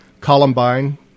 Columbine